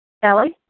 Sally